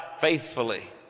faithfully